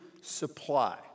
Supply